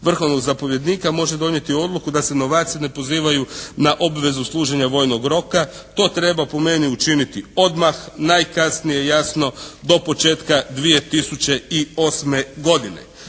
vrhovnog zapovjednika može donijeti odluku da se novaci ne pozivaju na obvezu služenja vojnog roka. To treba po meni učiniti odmah, najkasnije jasno do početka 2008. godine.